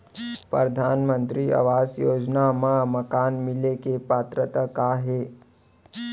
परधानमंतरी आवास योजना मा मकान मिले के पात्रता का हे?